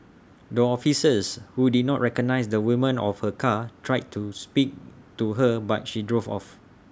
the officers who did not recognise the woman of her car tried to speak to her but she drove off